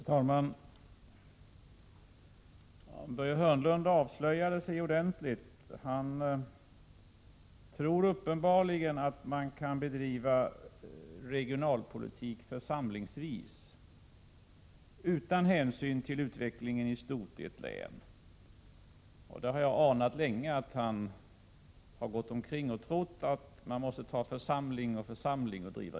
Herr talman! Börje Hörnlund avslöjade ordentligt var han står. Han tror uppenbarligen att man kan bedriva regionalpolitik församlingsvis, utan hänsyn till utvecklingen i stort i ett län. Jag har länge anat att han tror att man måste bedriva regionalpolitik församlingsvis.